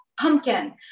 pumpkin